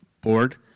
board